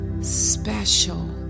special